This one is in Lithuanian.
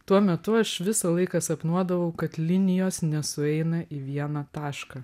tuo metu aš visą laiką sapnuodavau kad linijos nesueina į vieną tašką